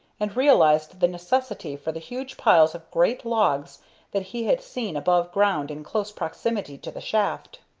and realized the necessity for the huge piles of great logs that he had seen above ground in close proximity to the shaft.